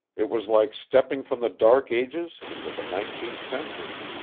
it was like stepping from the dark ages into the nineteenth century.